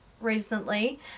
recently